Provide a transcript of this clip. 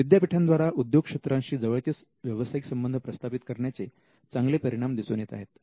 विद्यापीठांद्वारा उद्योगक्षेत्रांशी जवळचे व्यावसायिक संबंध प्रस्थापित करण्याचे चांगले परिणाम दिसून येत आहेत